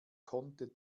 konnte